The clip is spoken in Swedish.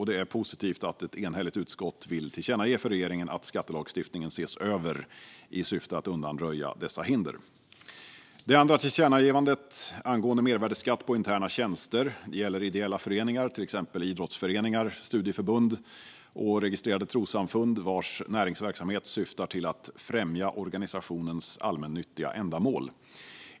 Det är positivt att ett enhälligt utskott vill tillkännage för regeringen att skattelagstiftningen ska ses över i syfte att undanröja dessa hinder. Det andra tillkännagivandet handlar om mervärdesskatt på interna tjänster, och det gäller ideella föreningar som exempelvis idrottsföreningar, studieförbund och registrerade trossamfund vars näringsverksamhet syftar till att främja organisationens allmännyttiga ändamål.